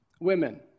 Women